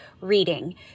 reading